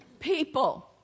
People